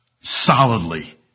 solidly